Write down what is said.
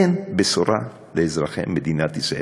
אין בשורה לאזרחי ישראל.